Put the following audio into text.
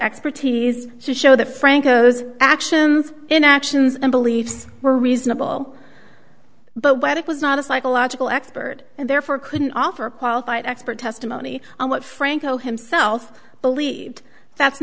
expertise to show that franco's actions in actions and beliefs were reasonable but whether it was not a psychological expert and therefore couldn't offer qualified expert testimony on what franco himself believed that's